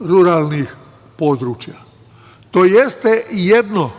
ruralnih područja. To jeste jedno